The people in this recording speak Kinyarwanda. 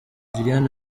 lilian